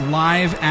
live